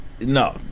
no